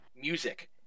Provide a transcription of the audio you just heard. music